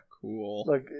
cool